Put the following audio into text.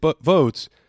votes